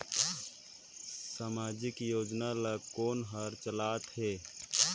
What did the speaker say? समाजिक योजना ला कोन हर चलाथ हे?